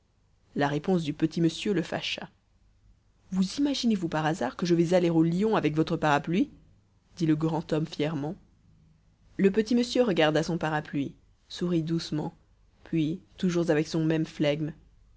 la réponse du petit monsieur le fâcha vous imaginez-vous par hasard que je vais aller au lion avec votre parapluie dit le grand homme fièrement page le petit monsieur regarda son parapluie sourit doucement puis toujours avec son même flegme